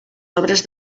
obres